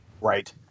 Right